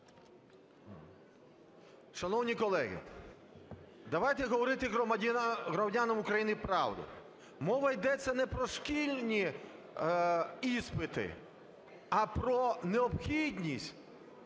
Шановні колеги, давайте говорити громадянам України правду. Мова йде не про шкільні іспити, а про необхідність